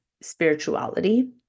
spirituality